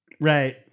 Right